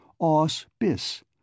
os-bis